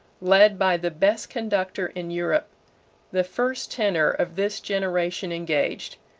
led by the best conductor in europe the first tenor of this generation engaged,